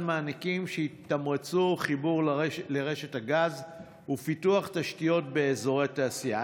מענקים שיתמרצו חיבור לרשת הגז ופיתוח תשתיות באזורי תעשייה.